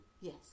yes